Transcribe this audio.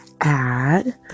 add